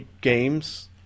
games